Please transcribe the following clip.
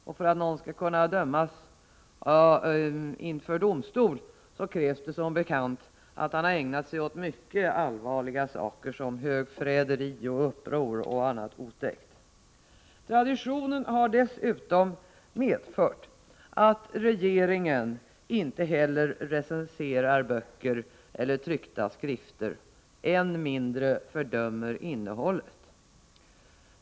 Och för att någon skall kunna fällas av domstol krävs det ningen < som bekant att han ägnat sig åt mycket allvarliga saker som högförräderi, uppror och annat otäckt. Traditionen har dessutom medfört att regeringen inte heller recenserar böcker eller tryckta skrifter, än mindre fördömer innehållet.